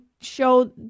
show